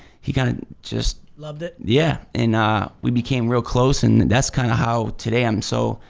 he kinda just loved it? yeah, and we became real close and that's kinda how today i'm so,